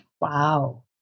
Wow